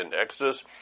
Exodus